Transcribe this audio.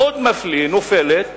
מאוד מפליא,